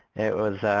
it was,